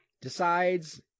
decides